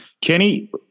Kenny